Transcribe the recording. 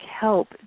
help